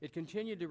it continued to